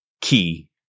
key